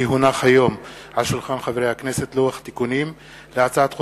כי הונח היום על שולחן חברי הכנסת לוח תיקונים להצעת חוק